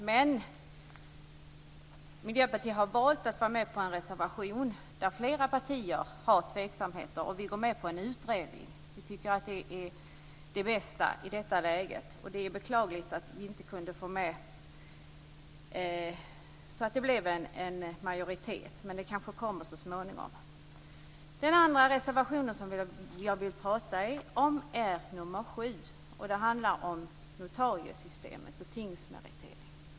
Miljöpartiet har valt att vara med på en reservation där flera partier redovisar tveksamheter. Vi går med på en utredning. Vi tycker att det är det bästa i det här läget. Det är beklagligt att vi inte kunde få en majoritet för detta, men det kanske kommer så småningom. Den andra reservationen som jag vill prata om är nr 7. Den handlar om notariesystemet och tingsmeritering.